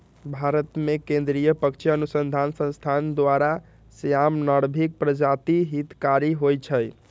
भारतमें केंद्रीय पक्षी अनुसंसधान संस्थान द्वारा, श्याम, नर्भिक प्रजाति हितकारी होइ छइ